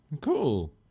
Cool